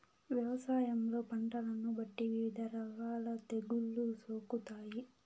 వ్యవసాయంలో పంటలను బట్టి వివిధ రకాల తెగుళ్ళు సోకుతాయి